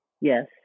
Yes